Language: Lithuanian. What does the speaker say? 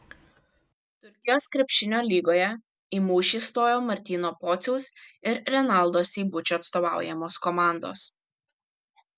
turkijos krepšinio lygoje į mūšį stojo martyno pociaus ir renaldo seibučio atstovaujamos komandos